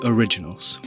Originals